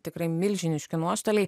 tikrai milžiniški nuostoliai